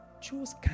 choose